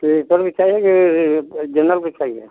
sleeper में चाहिए की जेनरल में चाहिए